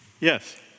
Yes